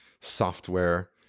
software